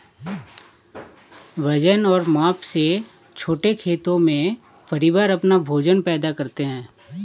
वजन और माप से छोटे खेतों में, परिवार अपना भोजन पैदा करते है